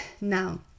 now